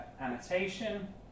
annotation